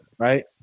Right